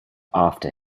after